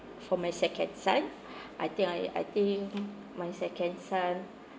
for my second son I think I I think my second son